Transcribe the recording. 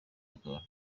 akaba